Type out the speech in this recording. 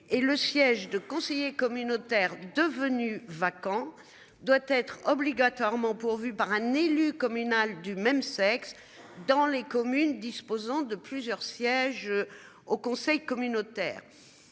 et le siège de conseiller communautaire devenu vacant doit être obligatoirement pourvu par un élu communal du même sexe dans les communes disposant de plusieurs sièges. Au conseil communautaire